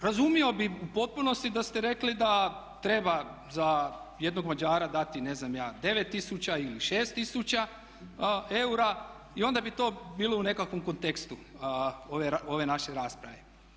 Razumio bih u potpunosti da ste rekli da treba za jednog Mađara dati ne znam ja 9000 ili 6000 eura i onda bi to bilo u nekakvom kontekstu ove naše rasprave.